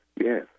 yes